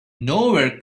nowhere